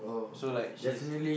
so like she's